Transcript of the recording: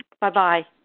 Bye-bye